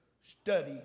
study